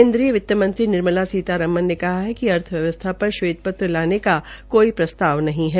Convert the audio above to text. केन्द्रीय वित्तमंत्री निर्मला सीता रमण ने कहा है कि अर्थव्यवस्था पर श्वेत पत्र लाने का कोई प्रस्ताव नहीं है